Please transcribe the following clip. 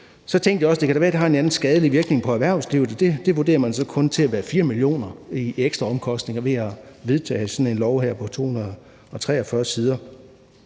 Så tænkte jeg også, at det kunne være, at det har en eller anden skadelig virkning på erhvervslivet, og der vurderer man så, at der kun bliver 4 mio. kr. i ekstra omkostninger ved at vedtage sådan et lovforslag her på 243 sider.